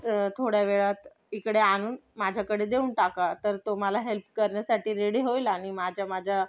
थोड्या वेळात इकडे आणून माझ्याकडे देऊन टाका तर तो मला हेल्प करण्यासाठी रेडी होईल आणि माझ्या माझ्या